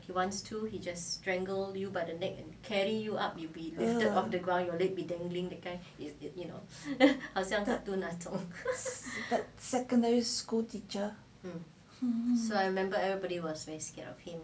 secondary school teacher